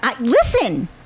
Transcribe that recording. Listen